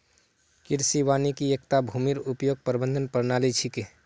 कृषि वानिकी एकता भूमिर उपयोग प्रबंधन प्रणाली छिके